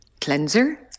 cleanser